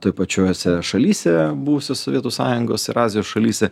toj pačiose šalyse buvusios sovietų sąjungos ir azijos šalyse